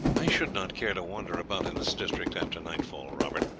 i should not care to wander about in this district after nightfall, robert,